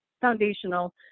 foundational